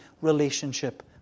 relationship